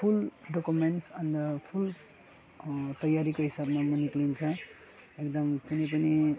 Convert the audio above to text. फुल documents अनि त full तैयारीको हिसाबमा म निक्लिन्छ एकदम कुनै पनि